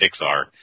Pixar